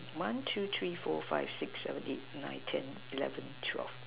one two three four five six seven eight nine ten eleven twelve